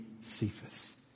Cephas